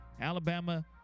Alabama